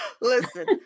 Listen